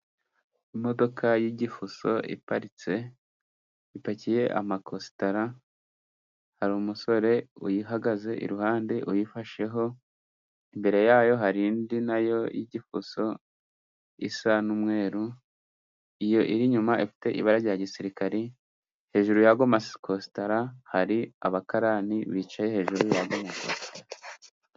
Imodoka y'ifuso iparitse ipakiye amakositara, hari umusore uyihagaze iruhande uyifasheho. Imbere yayo hari indi nayo y'igikoso isa n'umweru, iyo iri inyuma ifite ibara rya gisirikari. Hejuru yayo makositara, hari abakarani bicaye hejuru yayo.